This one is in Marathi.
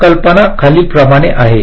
तर कल्पना खालीलप्रमाणे आहे